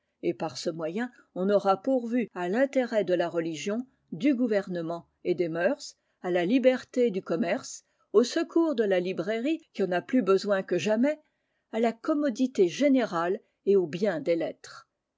et par ce moyen on aura pourvu à l'intérêt de la religion du gouvernement et des mœurs à la liberté du commerce au secours de la librairie qui en a plus besoin que jamais à la commodité générale et au bien des lettres